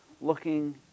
looking